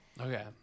okay